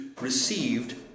received